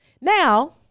Now